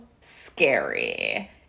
scary